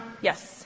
Yes